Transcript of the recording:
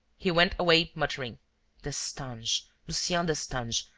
he went away, muttering destange. lucien destange.